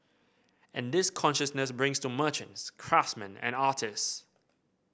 and this consciousness brings to merchants craftsman and artist